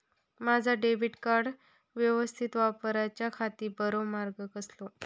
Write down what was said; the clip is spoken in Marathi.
माजा डेबिट कार्ड यवस्तीत वापराच्याखाती बरो मार्ग कसलो?